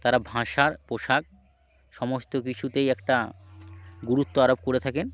তারা ভাষার পোশাক সমস্ত কিছুতেই একটা গুরুত্ব আরোপ করে থাকেন